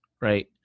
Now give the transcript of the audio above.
right